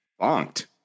Bonked